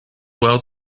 world